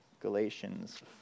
Galatians